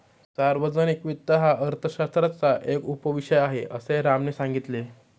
सार्वजनिक वित्त हा अर्थशास्त्राचा एक उपविषय आहे, असे रामने सांगितले